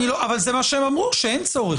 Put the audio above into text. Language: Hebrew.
אבל זה מה שהם אמרו, שאין צורך.